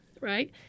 right